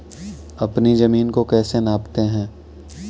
अपनी जमीन को कैसे नापते हैं?